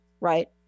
right